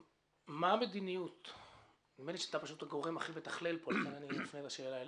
נדמה לי שאתה הגורם המתכלל פה ולכן אני מפנה את השאלה אליך: